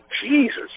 Jesus